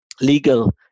legal